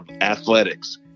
athletics